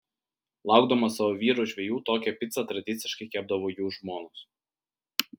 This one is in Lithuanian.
laukdamos savo vyrų žvejų tokią picą tradiciškai kepdavo jų žmonos